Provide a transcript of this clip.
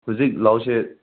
ꯍꯧꯖꯤꯛ ꯂꯧꯁꯦ